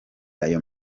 ayo